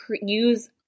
use